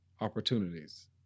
opportunities